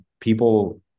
people